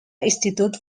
institute